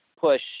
push